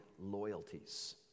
loyalties